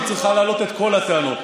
היא צריכה להעלות את כל הטענות.